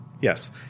Yes